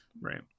Right